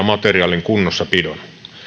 materiaalin kunnossapidon